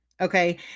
Okay